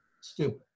stupid